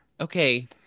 Okay